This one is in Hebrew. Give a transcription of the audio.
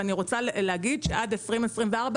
ואני רוצה להגיד שעד 2024,